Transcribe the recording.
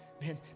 Man